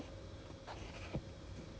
is the four ladies [one] right